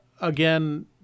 again